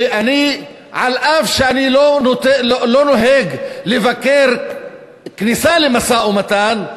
ואני, אף שאני לא נוהג לבקר כניסה למשא-ומתן,